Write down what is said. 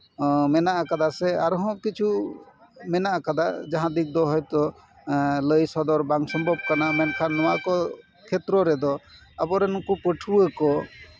ᱢᱮᱱᱟᱜ ᱠᱟᱫᱟ ᱥᱮ ᱟᱨᱦᱚᱸ ᱠᱤᱪᱷᱩ ᱢᱮᱱᱟᱜ ᱠᱟᱫᱟ ᱡᱟᱦᱟᱸ ᱫᱤᱠ ᱫᱚ ᱦᱚᱭᱛᱚ ᱞᱟᱹᱭ ᱥᱚᱫᱚᱨ ᱵᱟᱝ ᱥᱚᱢᱵᱷᱚᱵᱽ ᱠᱟᱱᱟ ᱵᱟᱝᱠᱷᱟᱱ ᱱᱚᱣᱟ ᱠᱚ ᱠᱷᱮᱛᱨᱚ ᱨᱮᱫᱚ ᱟᱵᱚ ᱨᱮᱱ ᱱᱩᱠᱩ ᱯᱟᱹᱴᱷᱩᱣᱟᱹ ᱠᱚ